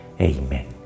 Amen